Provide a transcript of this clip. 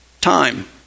time